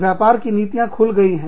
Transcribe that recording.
व्यापार की नीतियाँ खुल गई है